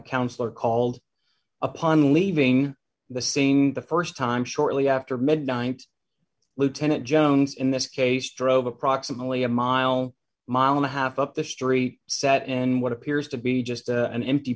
counselor called upon leaving the saying the st time shortly after midnight lieutenant jones in this case drove approximately a mile mile and a half up the story set in what appears to be just an empty